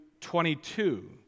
22